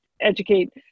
educate